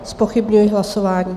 Zpochybňuji hlasování.